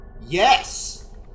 yes